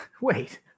Wait